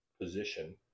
position